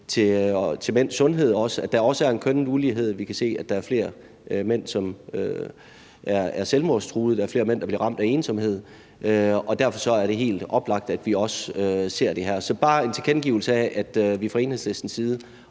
til mænds sundhed, og at der også er en kønnet ulighed der. Vi kan se, at der er flere mænd, som er selvmordstruede, at der er flere mænd, der bliver ramt af ensomhed. Og derfor er det helt oplagt, at vi også ser på det her. Så det er bare en tilkendegivelse af, at vi fra Enhedslistens side